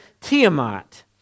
Tiamat